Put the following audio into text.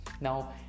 now